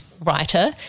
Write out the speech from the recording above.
writer